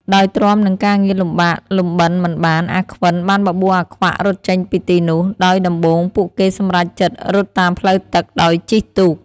ដោយទ្រាំនឹងការងារលំបាកលំបិនមិនបាន អាខ្វិន បានបបួលអាខ្វាក់រត់ចេញពីទីនោះ ដោយដំបូងពួកគេសម្រេចចិត្តរត់តាមផ្លូវទឹកដោយជិះទូក ។